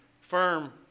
firm